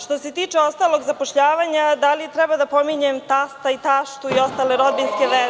Što se tiče ostalog zapošljavanja, da li treba da pominjem tasta i taštu i ostale rodbinske veze?